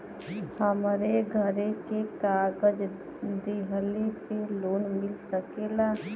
हमरे घरे के कागज दहिले पे लोन मिल सकेला?